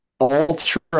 ultra